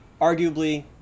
arguably